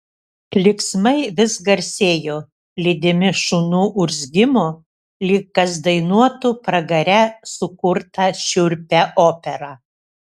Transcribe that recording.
klyksmai vis garsėjo lydimi šunų urzgimo lyg kas dainuotų pragare sukurtą šiurpią operą